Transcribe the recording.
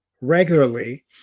regularly